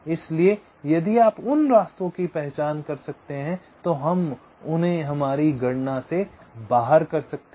इसलिए यदि आप उन रास्तों की पहचान कर सकते हैं तो हम उन्हें हमारी गणना से बाहर कर सकते हैं